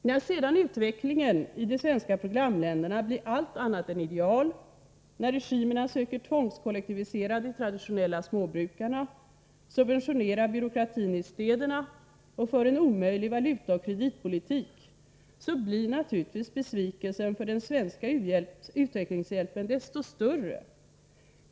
När sedan utvecklingen i de svenska programländerna hamnar långt från idealet, när regimerna söker tvångskollektivisera de traditionella småbrukarna, subventionera byråkratin i städerna och för en omöjlig valutaoch kreditpolitik, blir naturligtvis besvikelsen när det gäller den svenska utvecklingshjälpen desto större.